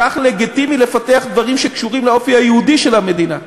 כך לגיטימי לפתח דברים שקשורים לאופי היהודי של המדינה.